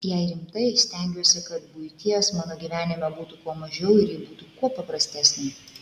jei rimtai stengiuosi kad buities mano gyvenime būtų kuo mažiau ir ji būtų kuo paprastesnė